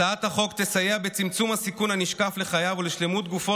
הצעת החוק תסייע בצמצום הסיכון הנשקף לחייו ולשלמות גופו